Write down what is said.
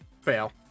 fail